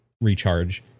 recharge